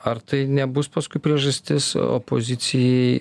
ar tai nebus paskui priežastis opozicijai